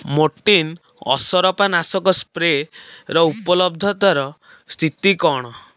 Mortein ଅସରପା ନାଶକ spray ର ଉପଲବ୍ଧତାର ସ୍ଥିତି କ'ଣ